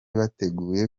bateguye